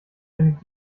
findet